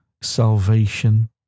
salvation